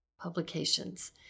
publications